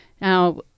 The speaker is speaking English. Now